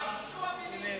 יבשו המלים כבר.